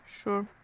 Sure